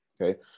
Okay